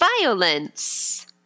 violence